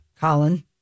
Colin